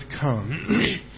come